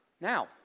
Now